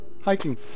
hiking